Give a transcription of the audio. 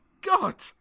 God